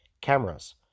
cameras